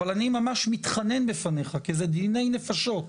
אבל אני ממש מתחנן בפניך, כי זה דיני נפשות,